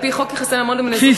על-פי חוק יחסי ממון, חלה חובה.